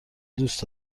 دوست